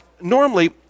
normally